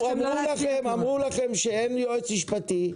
אמרו לכם שאין יועץ משפטי.